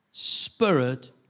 Spirit